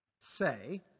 say